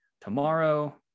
tomorrow